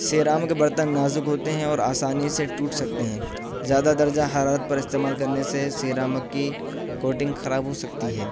ceramic کے برتن نازک ہوتے ہیں اور آسانی سے ٹوٹ سکتے ہیں زیادہ درجہ حرارت پر استعمال کرنے سے سیرامک کی کوٹنک خراب ہو سکتی ہے